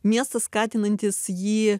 miestas skatinantis jį